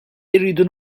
irridu